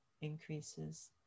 increases